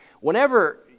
Whenever